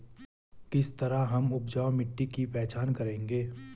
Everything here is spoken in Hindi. किस तरह हम उपजाऊ मिट्टी की पहचान करेंगे?